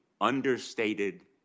understated